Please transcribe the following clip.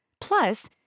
Plus